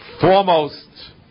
foremost